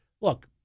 look